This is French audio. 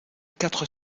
quatre